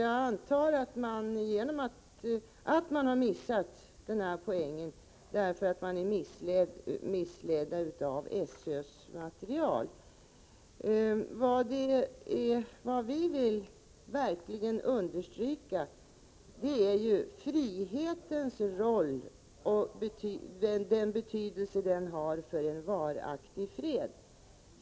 Jag antar att man har missat denna poäng därför att man är missledd av SÖ:s material. Vad vi verkligen vill understryka är frihetens betydelse för en varaktig fred.